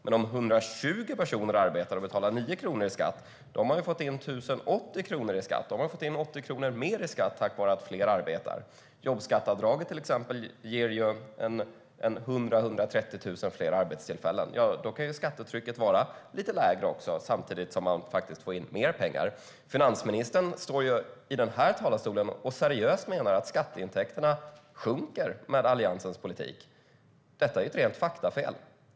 Men om 120 personer arbetar och betalar 9 kronor i skatt har man fått in 1 080 kronor i skatt. Då har man fått in 80 kronor mer i skatt tack vare att fler arbetar. Jobbskatteavdraget, till exempel, ger 100 000-130 000 fler arbetstillfällen. Då kan skattetrycket vara lite lägre samtidigt som man faktiskt får in mer pengar. Finansministern står i talarstolen och menar seriöst att skatteintäkterna sjunker med Alliansens politik. Detta är ett rent faktafel.